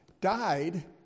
died